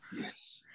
Yes